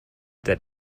that